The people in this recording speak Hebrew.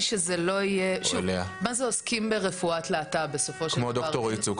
שוב, מה זה עוסקים ברפואת להט״ב בסופו של דבר?